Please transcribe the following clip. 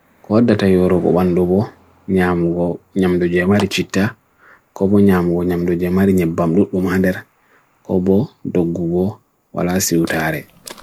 Kodda tayo roko wan dobo nyamgo nyamdo jyemari chita, ko bo nyamgo nyamdo jyemari nyabamdut wumadir, ko bo doggo wala si utare.